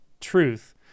truth